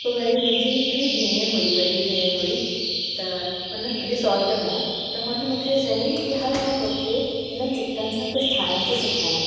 पोइ वरी मुंहिंजी हिकिड़ी भेण हुई वॾी भेण हुई त हुन मुंहिंजे सौटु माना त हुन मूंखे चयईं की हल मां तोखे हिननि सिकनि सां कुझु ठाहिण थी सेखारियां